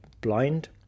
blind